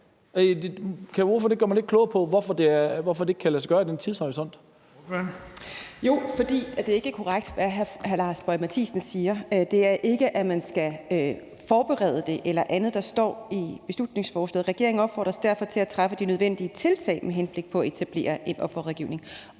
fg. formand (Erling Bonnesen): Ordføreren. Kl. 13:59 Louise Elholm (V): Jo, det er, fordi det ikke er korrekt, hvad hr. Lars Boje Mathiesen siger. Det er ikke, at man skal forberede det eller andet. Der står i beslutningsforslaget, at regeringen opfordres til at træffe de nødvendige tiltag med henblik på at etablere en offerrådgivning.